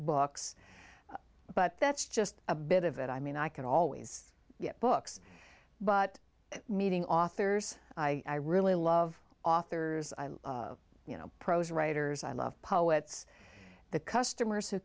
books but that's just a bit of it i mean i can always get books but meeting authors i really love authors you know prose writers i love poets the customers who